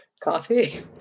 Coffee